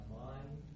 mind